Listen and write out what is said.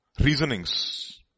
reasonings